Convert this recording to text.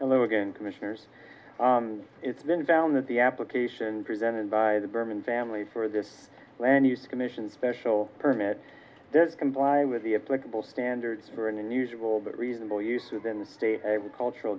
hello again commissioners it's been found that the application presented by the berman family for this land use commission's special permit this comply with the applicable standards for an unusual but reasonable use within the state cultural